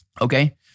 Okay